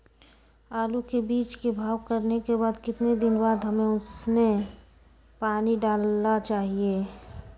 आलू के बीज के भाव करने के बाद कितने दिन बाद हमें उसने पानी डाला चाहिए?